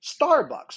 Starbucks